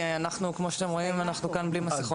כי כמו שאתם רואים, אנחנו כאן בלי מסכות.